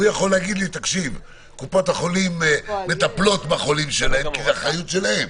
הוא יכול לומר לי: קופות החולים מטפלות בחולים שלהם כי זו האחריות שלהם.